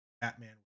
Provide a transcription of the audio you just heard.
Batman